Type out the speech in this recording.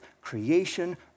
creation